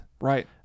Right